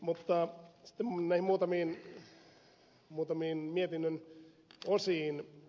mutta sitten näihin muutamiin mietinnön osiin